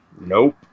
Nope